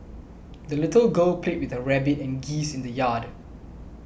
the little girl played with her rabbit and geese in the yard